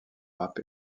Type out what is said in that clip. rap